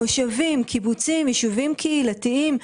מושבים, קיבוצים, יישובים קהילתיים.